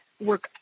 work